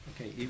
Okay